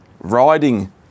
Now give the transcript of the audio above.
riding